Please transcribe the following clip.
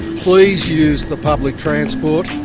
please use the public transport.